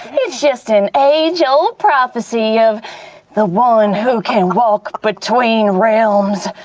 it's just an age-old prophecy of the one who can walk between realms,